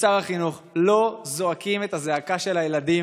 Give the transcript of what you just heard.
ושר החינוך לא זועקים את הזעקה של הילדים